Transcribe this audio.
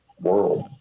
world